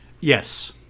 yes